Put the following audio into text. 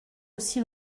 aussi